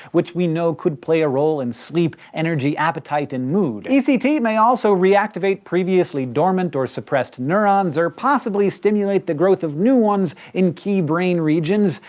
which we know could play a role in sleep, energy, appetite, and mood. ect may also re-activate previously dormant or suppressed neurons, or possibly stimulate the growth of new ones in key brain regions,